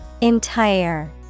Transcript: Entire